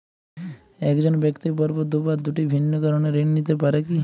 এক জন ব্যক্তি পরপর দুবার দুটি ভিন্ন কারণে ঋণ নিতে পারে কী?